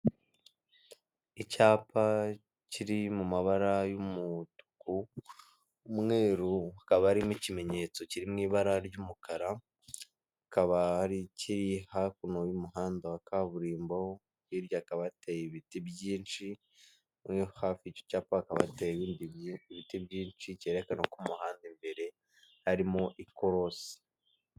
Icyapa kiri mu mabara y'umutuku, umweru, hakaba harimo ikimenyetso kiri mu ibara ry'umukara, hakaba hari ikiri hakuno y'umuhanda wa kaburimbo, hirya hakaba hateye ibiti byinshi, hafi y'icyo cyapa hakaba hateye ibindi biti byinshi, cyerekana ko mu muhanda imbere harimo ikorosi.